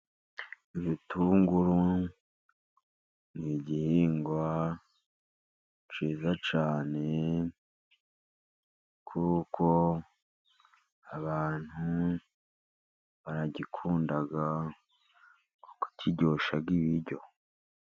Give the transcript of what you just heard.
Ibitunguru ni igihingwa cyiza cyane, kuko abantu baragikunda kuko kiryosha ibiryo.